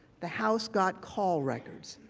the house got call records.